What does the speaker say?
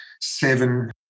seven